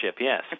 yes